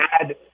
add